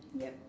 yup